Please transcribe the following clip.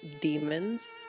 demons